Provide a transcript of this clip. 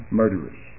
murderers